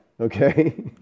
okay